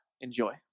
Enjoy